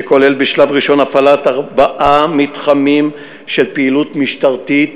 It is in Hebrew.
שכולל בשלב ראשון הפעלת ארבעה מתחמים של פעילות משטרתית